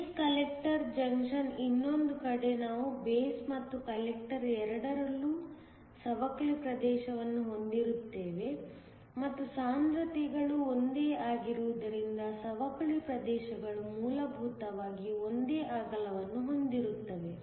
base collector ಜಂಕ್ಷನ್ಗೆ ಇನ್ನೊಂದು ಕಡೆ ನಾವು ಬೇಸ್ ಮತ್ತು ಕಲೆಕ್ಟರ್ ಎರಡರಲ್ಲೂ ಸವಕಳಿ ಪ್ರದೇಶವನ್ನು ಹೊಂದಿರುತ್ತೇವೆ ಮತ್ತು ಸಾಂದ್ರತೆಗಳು ಒಂದೇ ಆಗಿರುವುದರಿಂದ ಸವಕಳಿ ಪ್ರದೇಶಗಳು ಮೂಲಭೂತವಾಗಿ ಒಂದೇ ಅಗಲವನ್ನು ಹೊಂದಿರುತ್ತವೆ